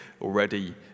already